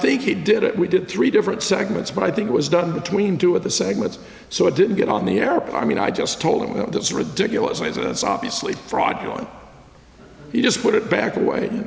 think he did it we did three different segments but i think it was done between two of the segments so i didn't get on the airplane i mean i just told him that's ridiculous as it's obviously fraudulent just put it back away